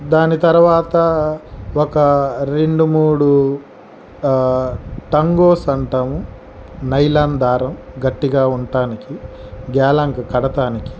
దాని తర్వాత ఒక రెండు మూడు ఆ టంగుస్ అంటాము నైలాన్ దారం గట్టిగా ఉంటానికి గ్యాలంకి కడతానికి